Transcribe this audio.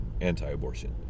anti-abortion